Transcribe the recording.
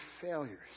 failures